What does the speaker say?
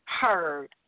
heard